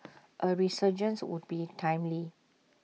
A resurgence would be timely